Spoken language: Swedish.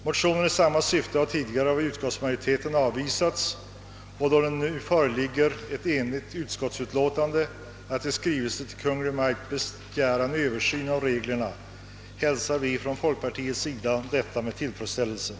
Motioner i samma syfte har tidigare avvisats av utskottsmajoriteten. Då det nu föreligger ett enhälligt utskottsutlåtande med förslag om att i skrivelse till Kungl. Maj:t be gära en Översyn av reglerna, hälsar vi från folkpartiets sida detta med tillfredsställelse.